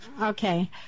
Okay